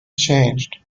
changed